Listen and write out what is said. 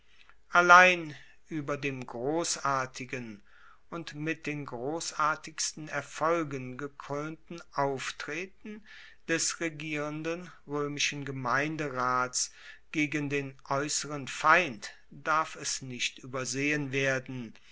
allein ueber dem grossartigen und mit den grossartigsten erfolgen gekroenten auftreten des regierenden roemischen gemeinderats gegen den aeusseren feind darf es nicht uebersehen werden